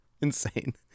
Insane